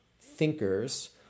thinkers